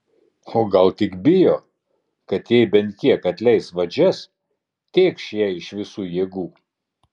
o gal tik bijo kad jei bent kiek atleis vadžias tėkš ją iš visų jėgų